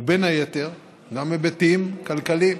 ובין היתר היבטים כלכליים.